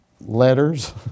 letters